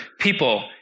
people